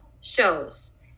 shows